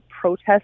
protests